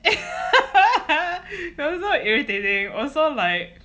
you're so irritating also like